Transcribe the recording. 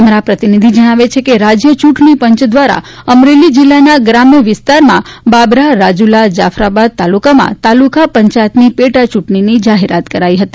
અમારા પ્રતીનિધિ જણાવે છે કે રાજય ચુંટણી પંચ દ્વારા અમરેલી જીલ્લાના ગ્રામ્ય વિસ્તારમાં બાબરા રાજુલા જાફરાબાદ તાલુકામાં તાલુકા પંચાયતની પેટા ચુંટણીની જાહેરાત કરાઈ છે